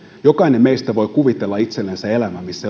jokainen meistä voi kuvitella itsellensä elämän missä